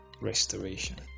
restoration